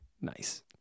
Nice